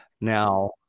Now